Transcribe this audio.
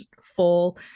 full